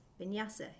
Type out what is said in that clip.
vinyasa